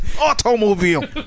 automobile